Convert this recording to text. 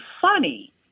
funny